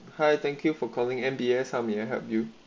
hi thank you for calling M_B_S ah may I help you